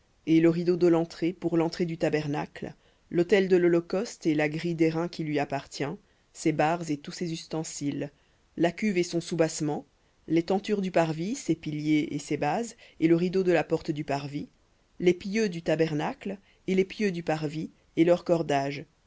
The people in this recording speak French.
et la grille d'airain qui lui appartient et tous les tentures du parvis tout autour et les bases de la porte du parvis et